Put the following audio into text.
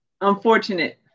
unfortunate